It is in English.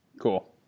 cool